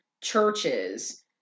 churches